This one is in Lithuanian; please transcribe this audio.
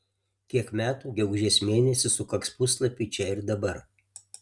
kiek metų gegužės mėnesį sukaks puslapiui čia ir dabar